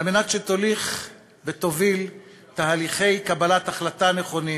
על מנת שתוליך ותוביל תהליכי קבלת החלטה נכונים.